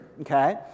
Okay